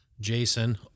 Jason